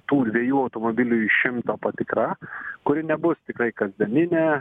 tų dviejų automobilių iš šimto patikra kuri nebus tikrai kasdieninė